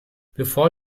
bevor